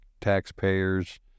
taxpayers